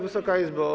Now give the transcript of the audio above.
Wysoka Izbo!